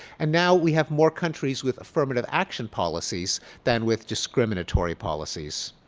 and now, we have more countries with affirmative action policies than with discriminatory policies.